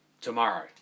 tomorrow